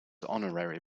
honorary